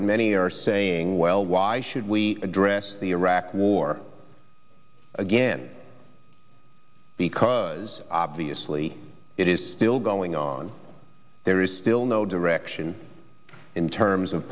and many are saying well why should we address the iraq war again because obviously it is still going on there is still no direction in terms of